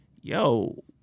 yo